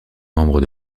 membre